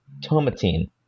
tomatine